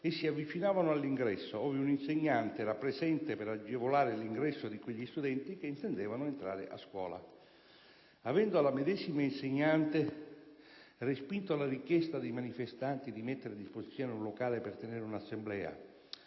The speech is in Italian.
e si avvicinavano all'ingresso, ove un'insegnante era presente per agevolare l'ingresso di quegli studenti che intendevano entrare a scuola. Avendo la medesima insegnante respinto la richiesta dei manifestanti di mettere a disposizione un locale per tenere un'assemblea,